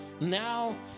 now